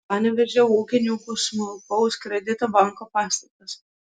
panevėžio ūkininkų smulkaus kredito banko pastatas